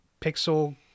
Pixel